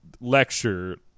lecture